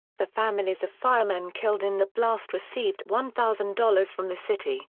the families of firemen killed in the blast received one thousand dollars from the city,